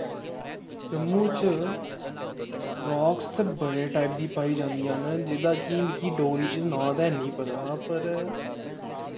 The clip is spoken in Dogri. जम्मू च राक्स ते बड़े टाइप दी पाई जांदियां न जेह्दा कि मिगी डोगरी च नांऽ ते है नी पता पर